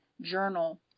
journal